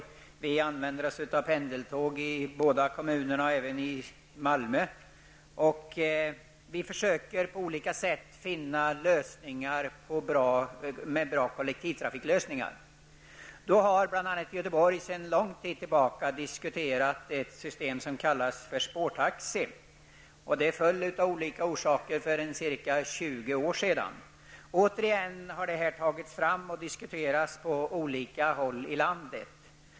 Båda dessa kommuner liksom Malmö kommun använder sig av pendeltåg. Vi försöker på olika sätt att finna bra kollektivtrafiklösningar. I bl.a. Göteborg har man sedan lång tid tillbaka diskuterat ett system som kallas spårtaxi. Förslaget föll av olika orsaker för ca 20 år sedan. Nu har förslaget återigen tagits fram, och det diskuteras på olika håll i landet.